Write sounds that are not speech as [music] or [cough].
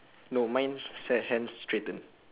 no mine [breath] he's at hands straighten